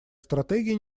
стратегия